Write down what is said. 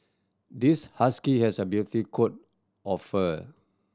this husky has a beauty coat of fur